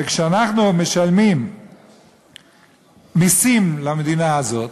וכשאנחנו משלמים מסים למדינה הזאת,